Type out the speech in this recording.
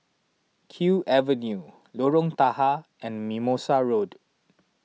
Kew Avenue Lorong Tahar and Mimosa Road